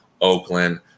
Oakland